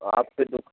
आप से जो